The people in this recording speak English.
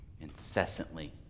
incessantly